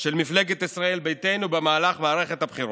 של מפלגת ישראל ביתנו במהלך מערכת הבחירות.